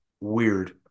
Weird